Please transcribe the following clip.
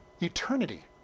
Eternity